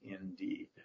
indeed